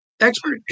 expert